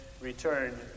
returned